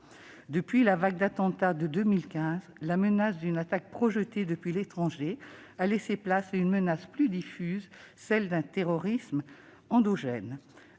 Depuis la vague d'attentats de 2015, la menace d'une attaque projetée depuis l'étranger a laissé place à une menace plus diffuse, celle d'un terrorisme endogène.